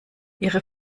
ihre